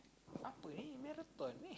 apa ini marathon eh